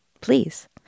Please